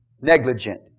negligent